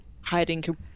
hiding